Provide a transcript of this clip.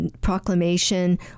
proclamation